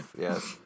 yes